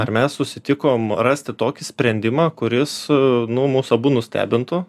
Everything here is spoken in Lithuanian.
ar mes susitikom rasti tokį sprendimą kuris nu mus abu nustebintų